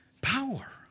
power